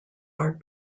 are